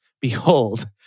Behold